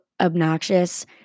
obnoxious